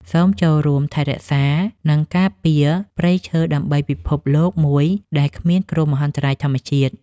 សូមចូលរួមថែរក្សា និងការពារព្រៃឈើដើម្បីពិភពលោកមួយដែលគ្មានគ្រោះមហន្តរាយធម្មជាតិ។